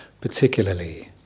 particularly